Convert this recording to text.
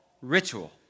ritual